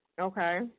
Okay